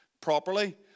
properly